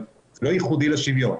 אבל זה לא ייחודי לשוויון.